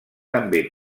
també